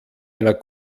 einer